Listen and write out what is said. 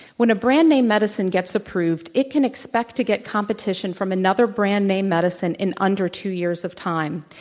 when a brand name medicine gets approved, it can expect to get competition from another brand name medicine in under two years of time.